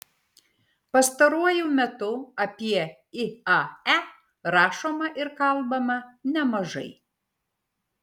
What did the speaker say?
pastaruoju metu apie iae rašoma ir kalbama nemažai